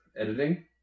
editing